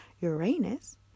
Uranus